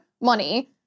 money